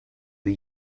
the